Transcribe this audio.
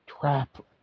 trap